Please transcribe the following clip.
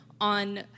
on